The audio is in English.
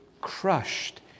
crushed